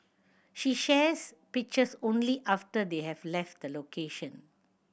she shares pictures only after they have left the location